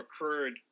occurred